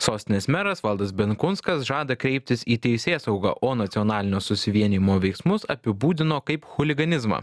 sostinės meras valdas benkunskas žada kreiptis į teisėsaugą o nacionalinio susivienijimo veiksmus apibūdino kaip chuliganizmą